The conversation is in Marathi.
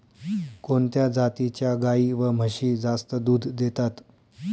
कोणत्या जातीच्या गाई व म्हशी जास्त दूध देतात?